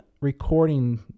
recording